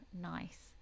nice